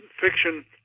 fiction